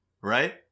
right